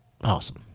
Awesome